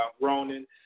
Ronan